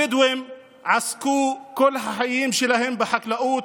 הבדואים עסקו כל החיים שלהם בחקלאות,